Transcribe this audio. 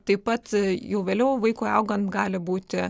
taip pat jau vėliau vaikui augant gali būti